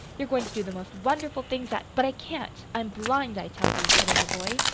you're goin' to do the most wonderful things that but i can't i'm blind, i tell you! cut in the boy.